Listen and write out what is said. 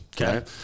Okay